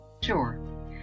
Sure